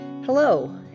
Hello